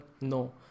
No